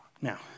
Now